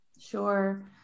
Sure